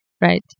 right